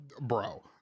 Bro